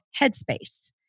Headspace